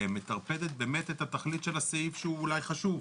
מטרפדת באמת את התכלית של סעיף שהוא אולי חשוב.